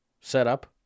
setup